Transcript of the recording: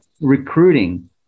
recruiting